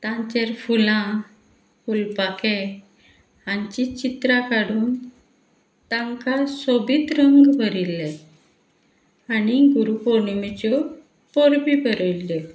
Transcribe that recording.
तांचेर फुलां फुलपाखे हांचीं चित्रां काडून तांकां सोबीत रंग भरिल्ले आनी गुरुपोर्णिमेच्यो परबीं बरयल्ल्यो